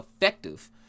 effective